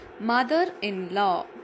Mother-in-law